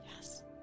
Yes